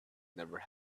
never